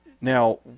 now